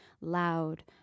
loud